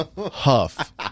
Huff